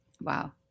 Wow